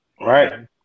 right